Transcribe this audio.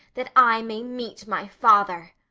that i may meet my father.